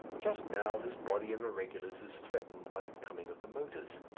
just now this body of irregulars is threatened by the coming of the motors.